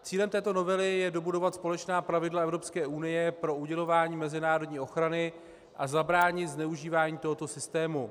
Cílem této novely je dobudovat společná pravidla EU pro udělování mezinárodní ochrany a zabránit zneužívání tohoto systému.